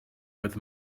with